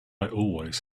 always